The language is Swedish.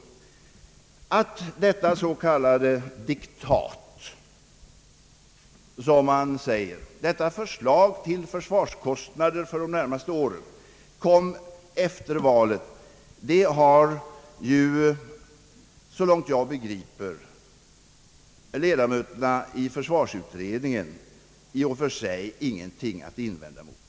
Att detta så kallade diktat, detta förslag till försvarskostnader för de närmaste åren, kom efter valet har ju, så långt jag begriper, ledamöterna i försvarsutredningen i och för sig ingenting att invända emot.